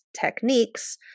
techniques